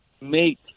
make